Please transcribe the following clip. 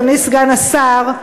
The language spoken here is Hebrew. אדוני סגן השר,